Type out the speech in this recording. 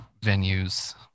venues